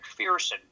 mcpherson